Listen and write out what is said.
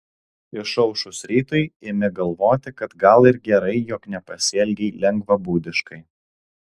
išaušus rytui imi galvoti kad gal ir gerai jog nepasielgei lengvabūdiškai